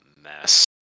mess